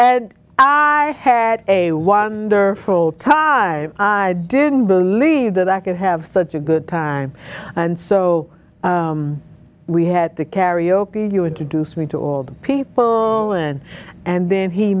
and i had a wonderful time i didn't believe that i could have such a good time and so we had the karaoke you introduced me to all the people and and then he